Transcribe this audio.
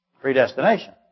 predestination